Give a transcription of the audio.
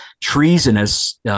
treasonous